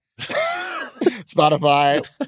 Spotify